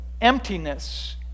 emptiness